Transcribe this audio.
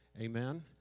Amen